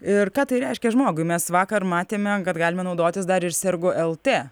ir ką tai reiškia žmogui mes vakar matėme kad galime naudotis dar ir sergu lt